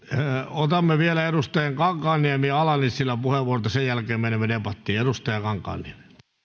otamme vielä edustaja kankaanniemen ja ala nissilän puheenvuorot ja sen jälkeen menemme debattiin